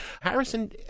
Harrison